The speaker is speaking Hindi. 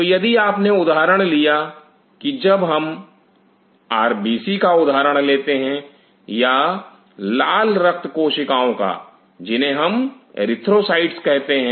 तो यदि आप ने उदाहरण लिया कि जब हम आरबीसी का उदाहरण लेते हैं या लाल रक्त कोशिकाओं का जिन्हें हम एरिथ्रोसाइट्स कहते हैं